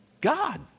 God